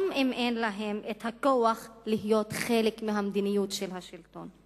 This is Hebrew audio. גם אם אין להן את הכוח להיות חלק מהמדיניות של השלטון.